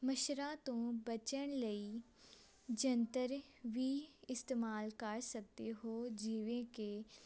ਮੱਛਰਾਂ ਤੋਂ ਬਚਣ ਲਈ ਯੰਤਰ ਵੀ ਇਸਤੇਮਾਲ ਕਰ ਸਕਦੇ ਹੋ ਜਿਵੇਂ ਕਿ